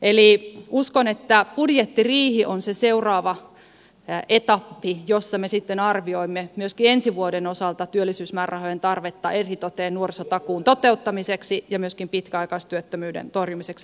eli uskon että budjettiriihi on se seuraava etappi jossa me sitten arvioimme myöskin ensi vuoden osalta työllisyysmäärärahojen tarvetta eritoten nuorisotakuun toteuttamiseksi ja myöskin pitkäaikaistyöttömyyden torjumiseksi